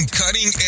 cutting